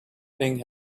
thing